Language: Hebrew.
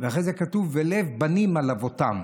ואחרי זה כתוב: "ולב בנים על אבותם".